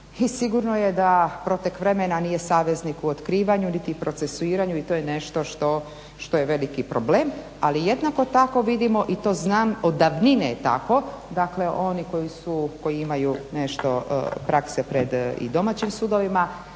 sigurno je da protek vremena nije saveznik u otkrivanju niti procesuiranju i to je nešto što je veliki problem. Ali jednako tako vidimo i to znam od davnine je tako, dakle oni koji su, koji imaju nešto prakse i domaćim sudovima